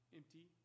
empty